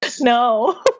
No